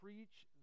Preach